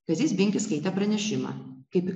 kazys binkis skaitė pranešimą kaip